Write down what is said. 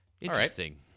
Interesting